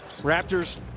Raptors